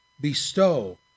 bestow